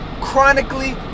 chronically